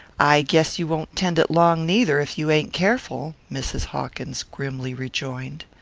i guess you won't tend it long neither, if you ain't careful, mrs. hawkins grimly rejoined.